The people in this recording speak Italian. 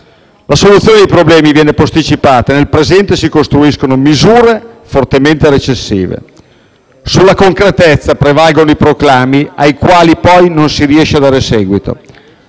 La soluzione dei problemi viene posticipata e nel presente si costruiscono misure fortemente recessive. Sulla concretezza prevalgono i proclami ai quali poi non si riesce a dare seguito.